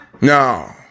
No